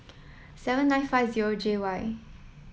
seven nine five zero J Y